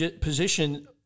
position